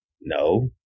No